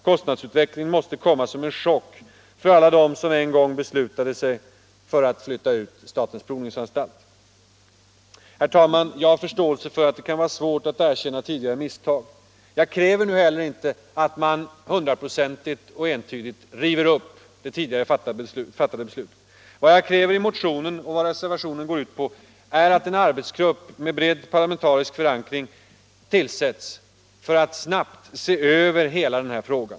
Kostnadsutvecklingen måste komma som en chock för alla dem som en gång beslutade sig för att flytta ut statens provningsanstalt. Herr talman! Jag har förståelse för att det kan vara svårt att erkänna tidigare misstag, och jag kräver nu inte heller att man hundraprocentigt och entydigt river upp det tidigare fattade beslutet. Vad jag kräver i motionen, och vad reservationen går ut på, är att en arbetsgrupp med bred parlamentarisk förankring tillsätts för att snabbt se över hela denna fråga.